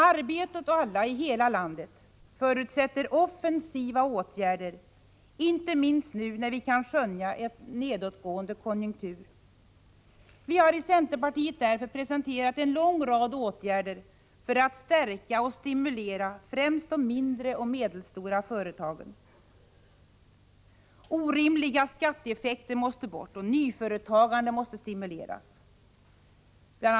Arbete åt alla i hela landet förutsätter offensiva åtgärder inte minst nu när vi kan skönja en nedåtgående konjunktur. Vi har i centerpartiet därför presenterat en lång rad åtgärder för att stärka och stimulera främst de mindre och medelstora företagen. Orimliga skatteeffekter måste bort, och nyföretagande måste stimuleras. Bl.